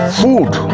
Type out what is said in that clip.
food